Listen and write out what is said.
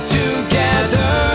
together